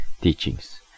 teachings